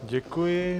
Děkuji.